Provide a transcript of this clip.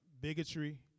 bigotry